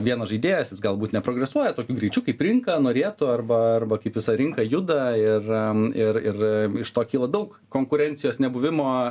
vienas žaidėjas jis galbūt neprogresuoja tokiu greičiu kaip rinka norėtų arba arba kaip visa rinka juda ir ir ir iš to kyla daug konkurencijos nebuvimo